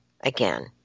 again